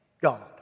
God